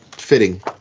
fitting